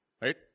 Right